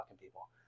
people